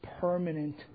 permanent